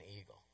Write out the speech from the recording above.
eagle